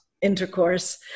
intercourse